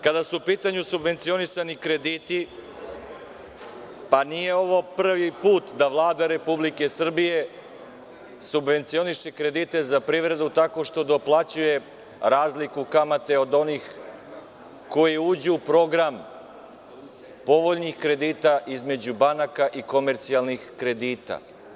Kada su u pitanju subvencionisani krediti, nije ovo prvi put da Vlada Republike Srbije subvencioniše kredite za privredu tako što doplaćuje razliku kamate od onih koji uđu u program povoljnih kredita između banaka i komercijalnih kredita.